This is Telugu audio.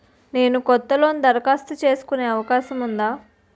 నేను కొత్త లోన్ దరఖాస్తు చేసుకునే అవకాశం ఉందా?